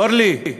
אורלי,